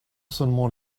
seulement